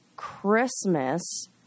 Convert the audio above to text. Christmas